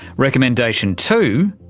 recommendation two?